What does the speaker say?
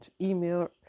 email